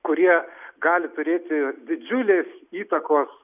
kurie gali turėti didžiulės įtakos